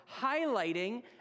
highlighting